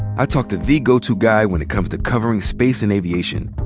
i talked to the go-to guy when it comes to covering space and aviation,